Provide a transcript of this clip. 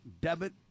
debit